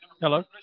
Hello